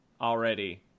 already